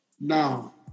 Now